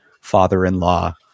father-in-law